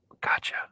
Gotcha